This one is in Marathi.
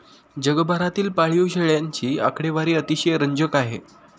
जगभरातील पाळीव शेळ्यांची आकडेवारी अतिशय रंजक आहे